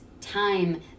time